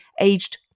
aged